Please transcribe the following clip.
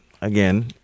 again